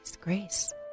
Grace